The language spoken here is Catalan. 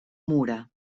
mura